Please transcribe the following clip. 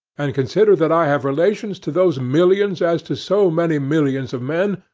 and consider that i have relations to those millions as to so many millions of men,